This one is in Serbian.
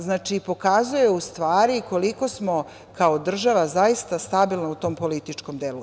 Znači, to pokazuje u stvari koliko smo kao država zaista stabilni u tom političkom delu.